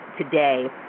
today